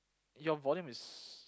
your volume is